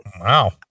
wow